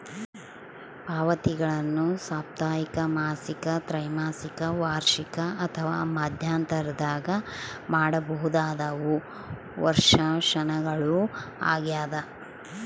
ಪಾವತಿಗಳನ್ನು ಸಾಪ್ತಾಹಿಕ ಮಾಸಿಕ ತ್ರೈಮಾಸಿಕ ವಾರ್ಷಿಕ ಅಥವಾ ಮಧ್ಯಂತರದಾಗ ಮಾಡಬಹುದಾದವು ವರ್ಷಾಶನಗಳು ಆಗ್ಯದ